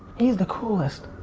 is the coolest.